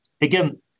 again